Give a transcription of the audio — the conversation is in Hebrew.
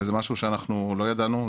וזה משהו שאנחנו לא ידענו.